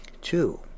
Two